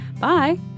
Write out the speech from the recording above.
bye